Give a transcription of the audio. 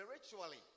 spiritually